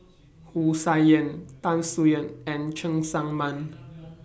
Wu Tsai Yen Tan Soo NAN and Cheng Tsang Man